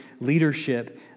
leadership